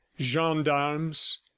gendarmes